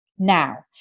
Now